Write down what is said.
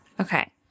Okay